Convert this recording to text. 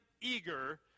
eager